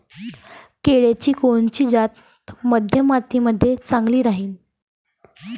केळाची कोनची जात मध्यम मातीमंदी चांगली राहिन?